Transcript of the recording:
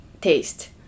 taste